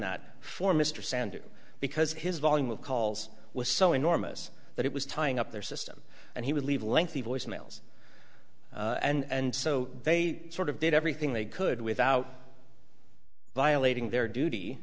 that for mr sanders because his volume of calls was so enormous that it was tying up their system and he would leave lengthy voice mails and so they sort of did everything they could without violating their duty